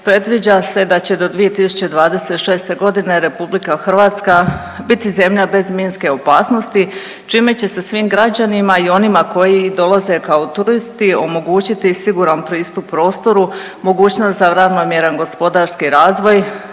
predviđa se da će do 2026. godine Republika Hrvatska biti zemlja bez minske opasnosti čime će se svim građanima i onima koji dolaze kao turisti omogućiti siguran pristup prostoru, mogućnost za ravnomjeran gospodarski razvoj,